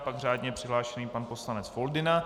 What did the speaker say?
Pak řádně přihlášený pan poslanec Foldyna.